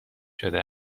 شده